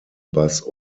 bass